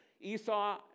Esau